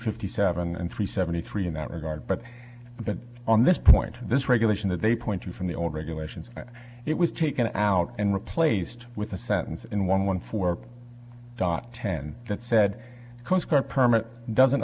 fifty seven and three seventy three in that regard but but on this point this regulation that they point to from the old regulations it was taken out and replaced with a sentence in one one for dot ten that said coastguard permit doesn't